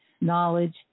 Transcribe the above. knowledge